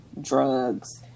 drugs